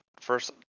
First